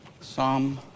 Psalm